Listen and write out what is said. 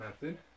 method